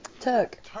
Turk